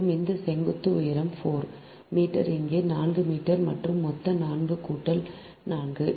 மேலும் இந்த செங்குத்து உயரம் 4 மீட்டர் இங்கே 4 மீட்டர் மற்றும் மொத்தம் 4 கூட்டல் 4